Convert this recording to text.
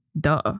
Duh